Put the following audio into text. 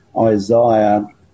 Isaiah